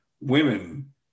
women